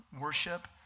worship